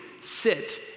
sit